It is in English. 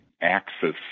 Axis